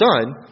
son